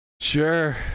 Sure